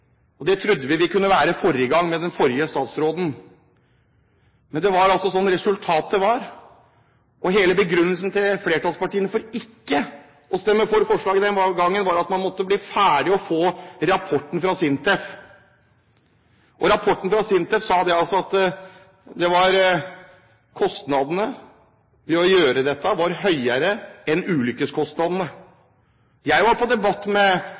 altså sånn resultatet var. Hele begrunnelsen til flertallspartiene for ikke å stemme for forslaget den gangen var at man måtte bli ferdig og få rapporten fra SINTEF, og rapporten fra SINTEF sa altså at kostnadene ved å gjøre dette var høyere enn ulykkeskostnadene. Jeg var i debatt med